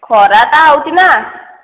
ଖରା ଟା ହେଉଛି ନା